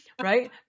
right